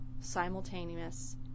simultaneous